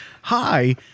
hi